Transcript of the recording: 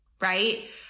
right